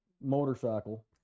motorcycle